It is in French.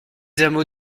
hameau